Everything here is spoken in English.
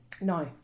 No